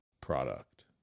product